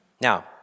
Now